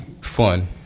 fun